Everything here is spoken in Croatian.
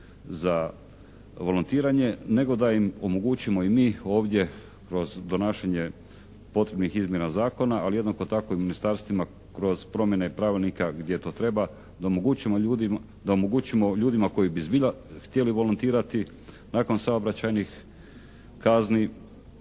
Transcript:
za volontiranje nego da im omogućimo i mi ovdje kroz donašanje potrebnih izmjena zakona ali jednako tako i ministarstvima kroz promjene pravilnika gdje to treba da omogućimo ljudima koji bi zbilja htjeli volontirati nakon saobraćajnih kazni,